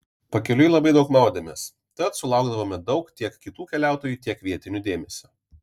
pakeliui labai daug maudėmės tad sulaukdavome daug tiek kitų keliautojų tiek vietinių dėmesio